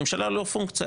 הממשלה לא פונקציה.